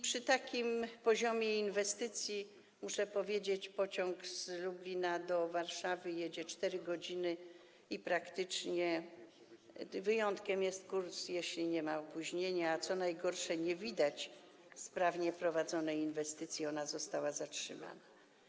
Przy takim poziomie inwestycji, muszę powiedzieć, że pociąg z Lublina do Warszawy jedzie 4 godziny i praktycznie wyjątkiem jest kurs, który nie ma opóźnienia, a co najgorsze, nie widać sprawnie prowadzonej inwestycji, ona została zatrzymana.